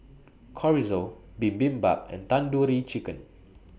Chorizo Bibimbap and Tandoori Chicken